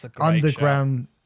underground